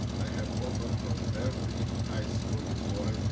i have offer from every high school in poland,